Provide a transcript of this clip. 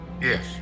Yes